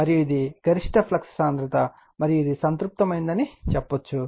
మరియు ఇది గరిష్ట ఫ్లక్స్ సాంద్రత మరియు ఇది సంతృప్తమైందని చెప్పవచ్చు